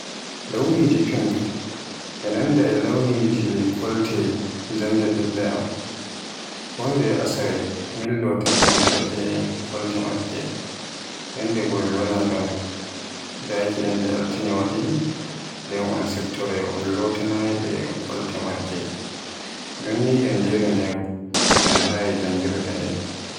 Launiji pink e nanda e launiji kolte jannde ɓiɓɓe am, kondeye Asawe min lotanta ɓe kolte maɓɓe. Yandego mi wala don, daki yande altine wadi nden un siftoroy un lotanayɓe kolte maɓɓe. Non ni yandere nden ɓe njahayi janngirde nden.